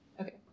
Okay